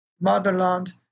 motherland